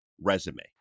resume